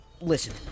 Listen